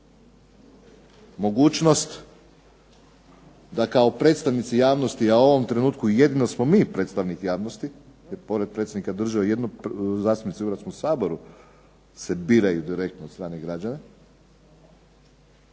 mogućnost da kao predstavnici javnosti, a u ovom trenutku jedino smo mi predstavnik javnosti, jer pored predsjednika države jedino zastupnici u Hrvatskom saboru se biraju direktno od strane građana,